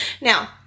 Now